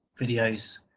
videos